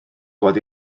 dŵad